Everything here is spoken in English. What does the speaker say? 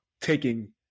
taking